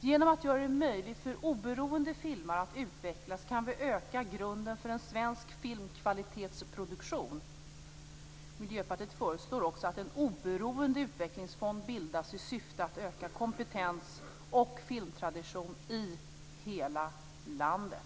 Genom att göra det möjligt för oberoende filmare att utvecklas kan vi öka grunden för en produktion av svensk kvalitetsfilm. Miljöpartiet föreslår också att en oberoende utvecklingsfond bildas i syfte att öka kompetens och filmtradition i hela landet.